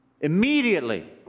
Immediately